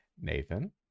nathan